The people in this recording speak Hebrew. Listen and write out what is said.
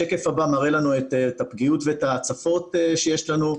השקף הבא מראה לנו את הפגיעות ואת ההצפות שיש לנו.